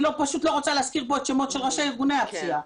פשוט לא רוצה להזכיר כאן שמות של ראשי ארגוני הפשיעה